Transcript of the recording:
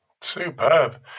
Superb